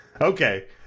Okay